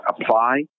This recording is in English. apply